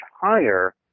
higher